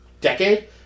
decade